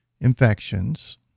infections